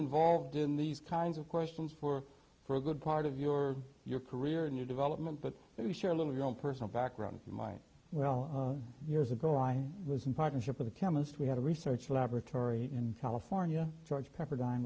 involved in these kinds of questions for for a good part of your your career and your development but we share a little your own personal background in my well years ago i was in partnership with a chemist we had a research laboratory in california george pepperdine